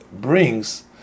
brings